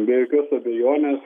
be jokios abejonės